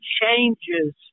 changes